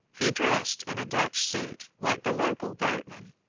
he dressed in a dutch suit, like the local boatmen,